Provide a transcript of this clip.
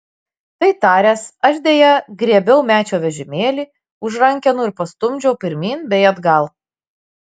tai taręs aš deja griebiau mečio vežimėlį už rankenų ir pastumdžiau pirmyn bei atgal